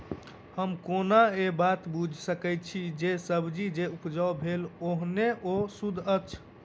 हम केना ए बात बुझी सकैत छी जे सब्जी जे उपजाउ भेल एहन ओ सुद्ध अछि?